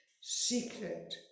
secret